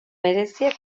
bereziak